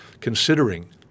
considering